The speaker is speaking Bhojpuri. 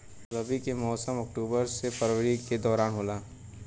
रबी के मौसम अक्टूबर से फरवरी के दौरान होला